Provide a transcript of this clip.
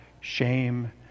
shame